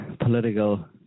political